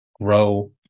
grow